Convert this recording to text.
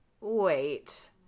Wait